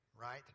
Right